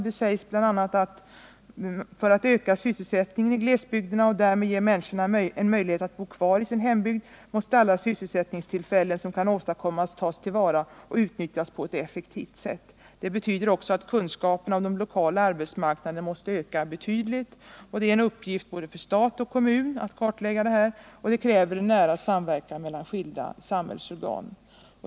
Där sägs bl.a.: ”För att öka sysselsättningen i glesbygderna och därmed ge människorna en möjlighet att bo kvar i sin hembygd måste alla sysselsättningstillfällen som kan åstadkommas tas till vara och utnyttjas på ett effektivt sätt. Detta betyder också att kunskaperna om de lokala arbetsmarknaderna måste öka betydligt.” Vidare framhålls att det är en uppgift för både stat och kommun att göra kartläggningar av detta slag och att det kräver en nära samverkan mellan skilda samhällsorgan.